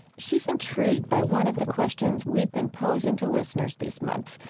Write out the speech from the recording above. she's intrigued by one of the questions we've been posing to listeners these months.